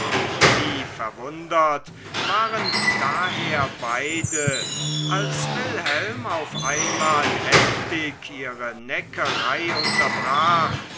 wie verwundert waren daher beide als wilhelm auf einmal heftig ihre neckerei unterbrach